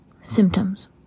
symptoms